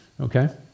Okay